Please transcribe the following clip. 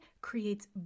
creates